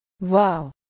Wow